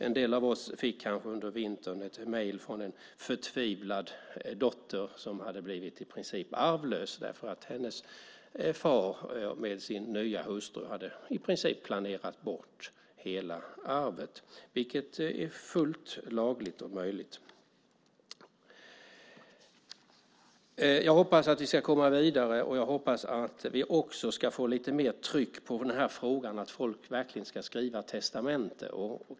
En del av oss fick kanske under vintern ett mejl från en förtvivlad dotter som i princip hade blivit arvlös därför att hennes far med sin nya hustru hade planerat bort hela arvet, vilket är fullt lagligt och möjligt. Jag hoppas att vi ska komma vidare och att vi också ska få lite mer tryck i den här frågan så att folk verkligen skriver testamente.